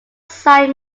side